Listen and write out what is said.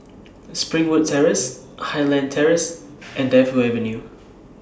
Springwood Terrace Highland Terrace and Defu Avenue